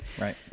Right